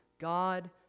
God